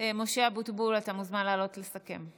משה אבוטבול, אתה מוזמן לעלות לסכם.